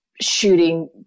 shooting